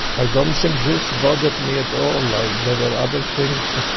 i don't think this bothered me at all. um like there were other things